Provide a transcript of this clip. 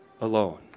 alone